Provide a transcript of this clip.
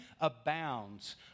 abounds